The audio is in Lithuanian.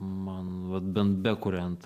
man vat bent bekuriant